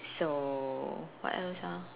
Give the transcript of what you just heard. so what else ah